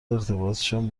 ارتباطشان